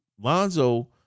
Lonzo